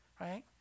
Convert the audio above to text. right